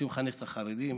רוצים לחנך את החרדים